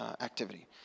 activity